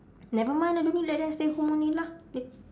never mind ah don't need let them stay home only lah